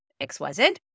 XYZ